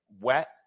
wet